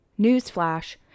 newsflash